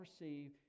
receive